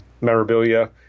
memorabilia